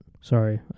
Sorry